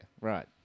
right